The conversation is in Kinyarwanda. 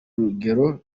rugero